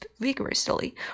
vigorously